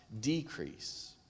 decrease